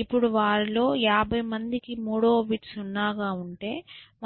ఇప్పుడు వారిలో 50 మందికి 3 వ బిట్ 0 గా ఉంటే